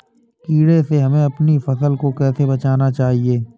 कीड़े से हमें अपनी फसल को कैसे बचाना चाहिए?